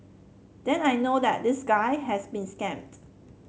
then I know that this guy has been scammed